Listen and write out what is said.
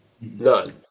None